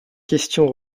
questions